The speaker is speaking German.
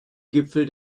gipfel